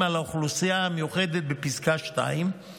עם האוכלוסייה המיוחדת בפסקה (2);